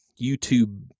YouTube